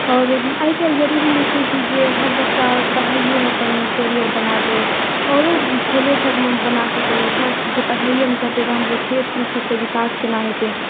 आओर आइ काल्हि जरुरी नहि छै कि जे हर बच्चा पढ़ाइयेमे अपन कैरियर बनाबै आओरो खेलो सभमे बना सकैया सभ जे पढ़ाइये करतै तहन फेर खेल ई सभके विकास केना हेतै